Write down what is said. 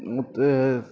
ਉਹ ਤਾਂ